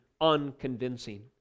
unconvincing